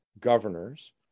governors